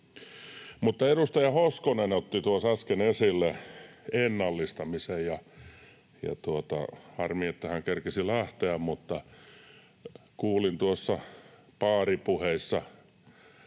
Edustaja Hoskonen otti tuossa äsken esille ennallistamisen. Harmi, että hän kerkesi lähteä, mutta kuulin tuossa baaripuheissa,